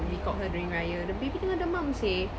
we called her during raya the baby tengah demam seh